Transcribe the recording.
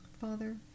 Father